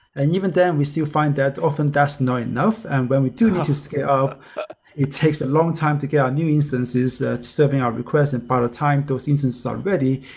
and even then, we still find that often that's not enough and when we do need to scale up it takes a longtime to get our new instances serving our request. and by the time those instances are ready,